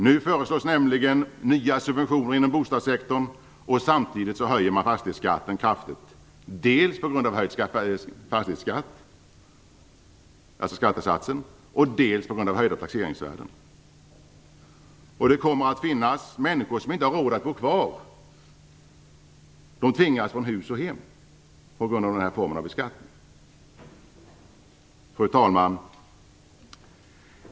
Nu föreslås nämligen nya subventioner inom bostadssektorn, och samtidigt höjs fastighetsskatten kraftigt dels på grund av höjd fastighetsskatt, dvs. skattesatsen, dels på grund av höjda taxeringsvärden. Det kommer att finnas människor som inte har råd att bo kvar. De tvingas från hus och hem på grund av den här formen av beskattning. Fru talman!